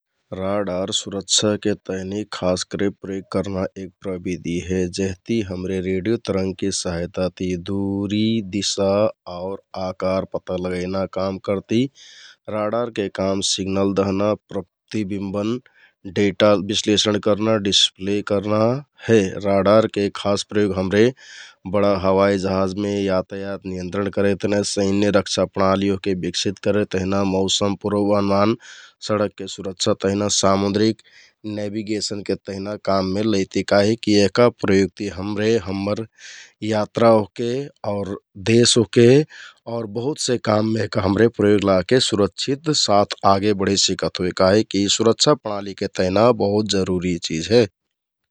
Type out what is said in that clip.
राडार सुरक्षाके तहनि खास करके प्रयोग करना एक प्रबिधी हे । जेहति हमरे रेडियो तरंगके सहायताति दुरि, दिशा आउ आकार पता लगैना काम करति । राडारके काम सिगनल दहना, प्रतिबिम्बन डेटा बिश्लेषन करना, डिसप्ले करना हे । राडारके प्रयोग हमरे बडा हवाइ जहाजमे यातायात नियन्त्रण करेक तेहना, शैन्य रक्षा प्रणाली ओहके बिकसित करेक तिहना, मौसम पुर्वमान, सडकके सुरक्षा तहना, सामुन्द्रिक नेबिगेसनके तेहना काममे लैति काहिककि यहका प्रयोगति हमरे हम्मर यात्रा ओहके आउर देश ओहके आउर बहुत से काममे यहका हमरे प्रयोग लाके सुरक्षित साथ आगे बढे सिकत होइ । काहिककि सुरक्षा प्रणालीके तेहना बहुत जरुरी चिझ हे ।